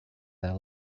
that